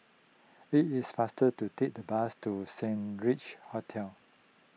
it is faster to take the bus to Saint Regis Hotel